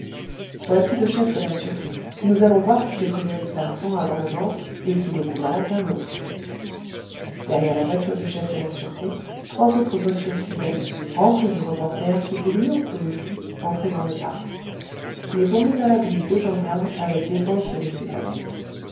voici le chef de la sûreté nous allons voir ce que frédéric larsan a dans le ventre et s'il est plus malin qu'un autre derrière la voiture du chef de la sûreté trois autres voitures suivaient remplies de reporters qui voulurent eux aussi entrer dans le parc mais on mit à la grille deux gendarmes avec défense de laisser passer